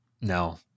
no